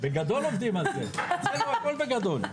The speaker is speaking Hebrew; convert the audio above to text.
המתחיל במצווה.